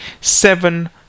seven